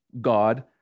God